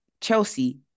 Chelsea